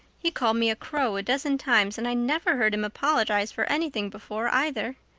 he's called me a crow a dozen times and i never heard him apologize for anything before, either.